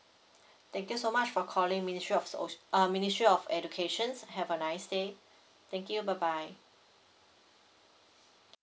thank you so much for calling ministry of so~ uh ministry of educations have a nice day thank you bye bye